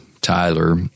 Tyler